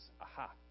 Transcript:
aha